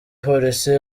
police